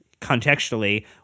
contextually